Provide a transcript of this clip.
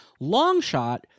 longshot